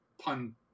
pun